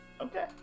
Okay